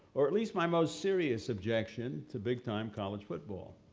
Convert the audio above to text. or at least my most serious objection to big-time college football.